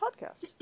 podcast